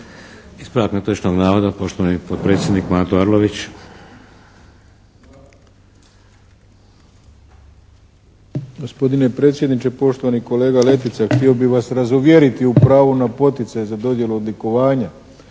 Ispravak netočnog navoda, poštovani potpredsjednik Mato Arlović.